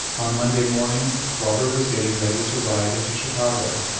on monday morning, robert was getting ready to ride into chicago,